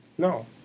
No